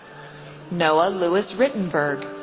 noah louis rittenberg,